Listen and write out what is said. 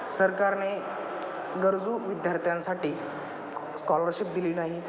सरकारने गरजू विद्यार्थ्यांसाठी स्कॉलरशिप दिली नाही